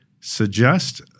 suggest